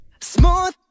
Smooth